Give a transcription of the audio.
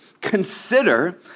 Consider